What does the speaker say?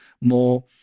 more